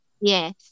Yes